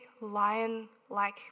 lion-like